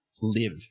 live